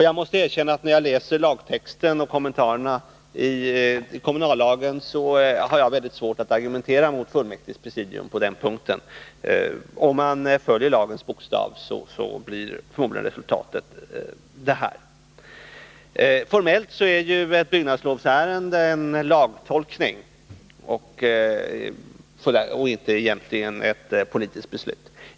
Jag måste också erkänna när jag läser kommunallagen och kommentarerna till den att jag har mycket svårt att argumentera mot presidiet på den punkten. Om man följer lagens bokstav blir resultatet förmodligen det angivna. Formellt är ju ett byggnadslovsärende en lagtolkningsfråga och alltså egentligen inte en politisk angelägenhet.